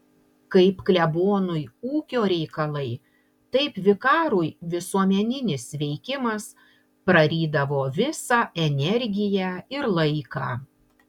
kaip klebonui ūkio reikalai taip vikarui visuomeninis veikimas prarydavo visą energiją ir laiką